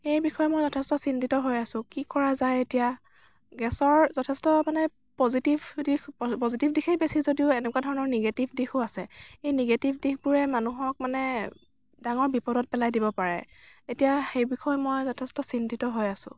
এই বিষয়ে মই যথেষ্ট চিন্তিত হৈ আছো কি কৰা যায় এতিয়া গেছৰ যথেষ্ট মানে পজিটিভ পজিটিভ দিশেই বেছি যদিও এনেকুৱা ধৰণৰ নিগেটিভ দিশো আছে এই নিগেটিভ দিশবোৰে মানুহক মানে ডাঙৰ বিপদত পেলাই দিব পাৰে এতিয়া সেই বিষয়ে মই যথেষ্ট চিন্তিত হৈ আছো